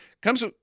Comes